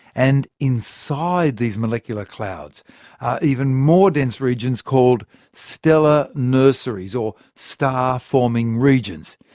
and inside these molecular clouds are even more dense regions called stellar nurseries or star-forming regions.